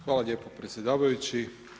Hvala lijepo predsjedavajući.